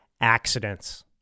accidents